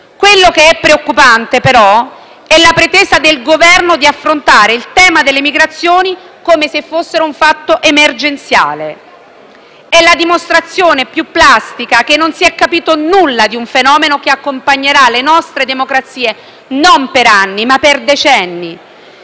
Quello che è preoccupate, però, è la pretesa del Governo di affrontare il tema delle migrazioni come se fossero un fatto emergenziale. È la dimostrazione più plastica che non si è capito nulla di un fenomeno che accompagnerà le nostre democrazie non per anni, ma per decenni.